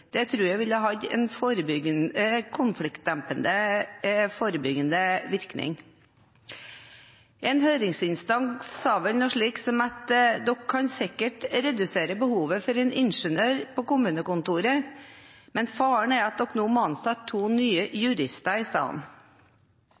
Det tror jeg ville hatt en konfliktdempende, forebyggende virkning. En høringsinstans sa vel noe slikt som at man sikkert kan redusere behovet for en ingeniør på kommunekontoret, men faren er at man nå må ansette to nye